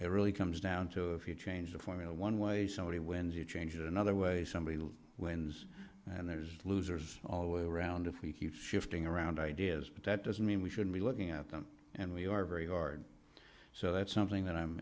it really comes down to if you change the formula one way somebody wins you change it another way somebody wins and there's losers all way round if we keep shifting around ideas but that doesn't mean we should be looking at them and we are very hard so that's